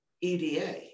EDA